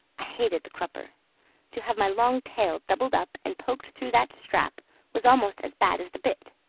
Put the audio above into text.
i hated the crupper to have my long tail doubled up and poked through that strap was almost as bad as the bit.